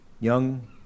Young